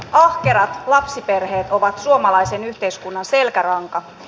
ahkerat lapsiperheet ovat suomalaisen yhteiskunnan selkäranka